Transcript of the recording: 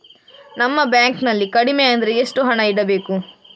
ನಮ್ಮ ಬ್ಯಾಂಕ್ ನಲ್ಲಿ ಕಡಿಮೆ ಅಂದ್ರೆ ಎಷ್ಟು ಹಣ ಇಡಬೇಕು?